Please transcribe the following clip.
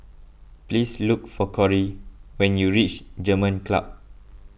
please look for Corry when you reach German Club